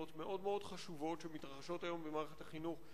מאוד חשובות שמתקיימות היום במערכת החינוך,